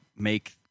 make